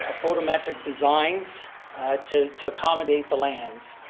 ah photometric designs to to accommodate the lands.